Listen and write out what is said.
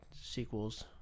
sequels